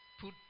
put